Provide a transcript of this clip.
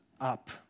up